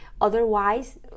Otherwise